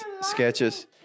sketches